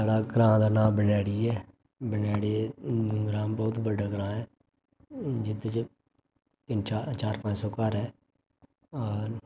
साढे़ ग्रां दा नांऽ वनेयाड़ी ऐ वनेयाड़ी ग्रां बहुत बड्डा ग्रां ऐ जेह्दे च चार पंज सौ घर ऐ और